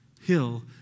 hill